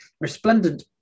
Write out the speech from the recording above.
resplendent